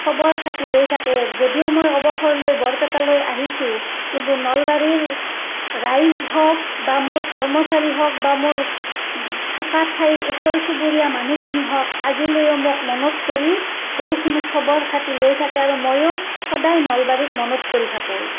খবৰ খাতি লৈ থাকে যদিও মই অৱসৰ লৈ বৰপেটালৈ আহিছোঁ কিন্তু নলবাৰীৰ ৰাইজ হওঁক বা মোৰ কৰ্মচাৰী হওঁক বা মোৰ থকা ঠাইৰ ওচৰ চুবুৰীয়া মানুহখিনি হওঁক আজিলৈও মোক মনত কৰি বহুখিনি খবৰ খাতি লৈ থাকে আৰু ময়ো সদায় নলবাৰীক মনত কৰি থাকোঁ